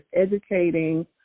educating